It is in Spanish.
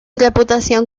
reputación